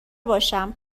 باشم